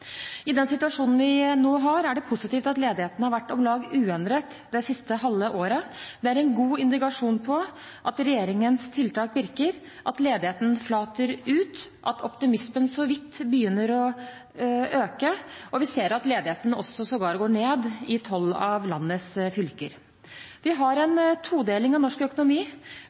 I den situasjonen vi nå har, er det positivt at ledigheten har vært om lag uendret det siste halve året. Det er en god indikasjon på at regjeringens tiltak virker. Ledigheten flater ut, optimismen begynner så vidt å øke, og vi ser at ledigheten sågar går ned i tolv av landets fylker. Vi har en todeling av norsk økonomi.